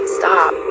stop